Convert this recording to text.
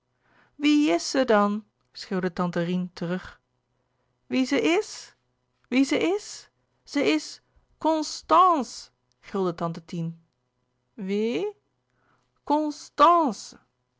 wie is ze dan schreeuwde tante rien terug wie ze is wie ze is ze is c o n s